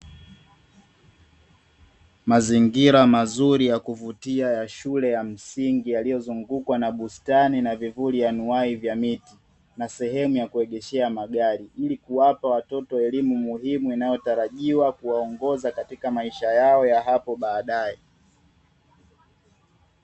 Mazingira mazuri ya kuvutia ya shule ya msingi yaliyozungukwa na bustani na vivuli vya miti, na sehemu ya kuegeshea magari; ili kuwapa watoto elimu muhimu inayotarajia kuwaongoza katika maisha yao ya hapo baadaye.